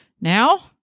Now